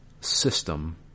system